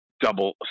double